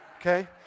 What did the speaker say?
Okay